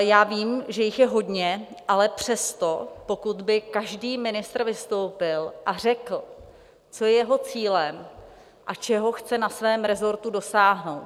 Já vím, že jich je hodně, ale přesto, pokud by každý ministr vystoupil a řekl, co je jeho cílem a čeho chce na svém resortu dosáhnout.